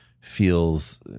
feels